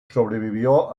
sobrevivió